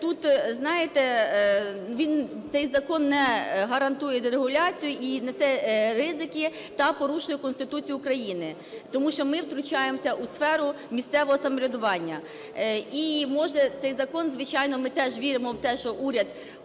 тут, знаєте, цей закон не гарантує дерегуляцію і несе ризики та порушує Конституцію України, тому що ми втручаємося у сферу місцевого самоврядування. І, може, цей закон… Звичайно, ми теж віримо в те, що уряд